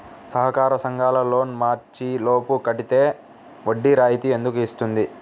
సహకార సంఘాల loan March లోపు కట్టితే వడ్డీ రాయితీ ఎందుకు ఇస్తుంది?